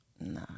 Nah